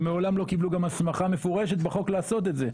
ומעולם לא קיבלו גם הסמכה מפורשת בחוק לעשות את זה,